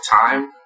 time